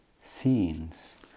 scenes